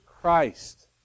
Christ